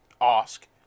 ask